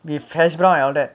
with hashbrown around it